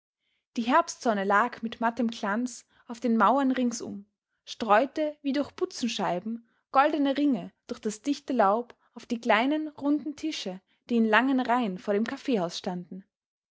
die herbstsonne lag mit mattem glanz auf den mauern ringsum streute wie durch butzenscheiben goldene ringe durch das dichte laub auf die kleinen runden tische die in langen reihen vor dem kaffeehaus standen